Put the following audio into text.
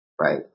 Right